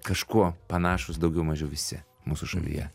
kažkuo panašūs daugiau mažiau visi mūsų šalyje